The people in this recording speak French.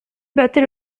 battait